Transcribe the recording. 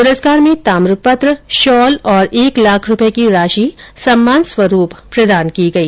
पुरस्कार में ताम्रपत्र शॉल और एक लाख रुपये की राशि सम्मान स्वरूप प्रदान की गई